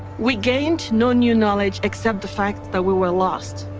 we gained no new knowledge, except the fact that we were lost.